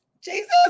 Jesus